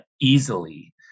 easily